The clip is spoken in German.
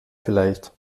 vielleicht